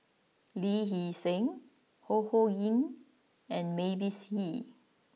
Lee Hee Seng Ho Ho Ying and Mavis Hee